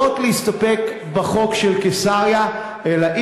לא להסתפק רק בחוף של קיסריה אלא,